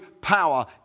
power